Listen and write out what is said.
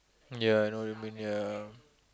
ya I know you've been ya